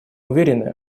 уверены